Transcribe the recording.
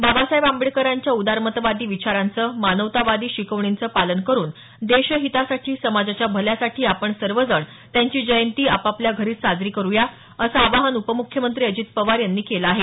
बाबासाहेब आंबेडकरांच्या उदारमतवादी विचारांचं मानवतावादी शिकवणींचं पालन करुन देश हितासाठी समाजाच्या भल्यासाठी आपण सर्वजण त्यांची जयंती आपापल्या घरीच साजरी करु या असं आवाहन उपमुख्यमंत्री अजित पवार यांनी केलं आहे